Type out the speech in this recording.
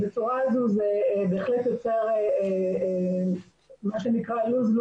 בצורה הזו זה בהחלט יוצר מה שנקרא loss loss,